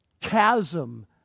chasm